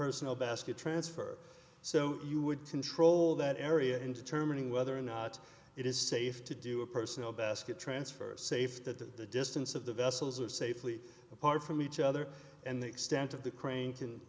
personal basket transfer so you would control that area into terming whether or not it is safe to do a personal basket transfer safe that the distance of the vessels are safely apart from each other and the extent of the crane can